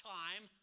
time